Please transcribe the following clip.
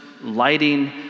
lighting